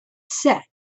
set